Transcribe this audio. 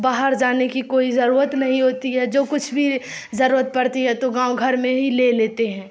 باہر جانے کی کوئی ضرورت نہیں ہوتی ہے جو کچھ بھی ضرورت پڑتی ہے تو گاؤں گھر میں ہی لے لیتے ہیں